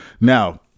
Now